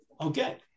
Okay